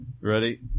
ready